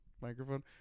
microphone